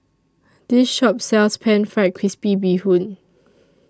This Shop sells Pan Fried Crispy Bee Hoon